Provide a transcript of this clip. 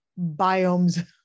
biomes